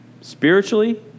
spiritually